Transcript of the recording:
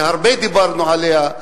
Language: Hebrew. שהרבה דיברנו עליה,